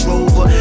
Rover